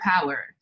Power